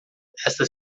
esta